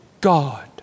God